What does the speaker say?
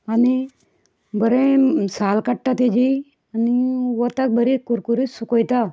आनी बरें साल काडटा तेजी आनीक वताक बरें कुरकुरीत सुकयता